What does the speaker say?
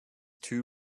two